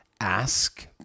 Ask